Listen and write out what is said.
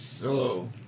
Hello